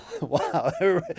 Wow